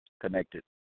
connected